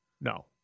no